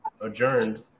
adjourned